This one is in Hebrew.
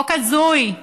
חוק הזוי,